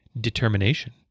determination